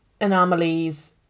anomalies